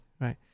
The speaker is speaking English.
right